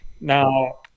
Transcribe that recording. now